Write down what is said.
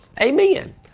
Amen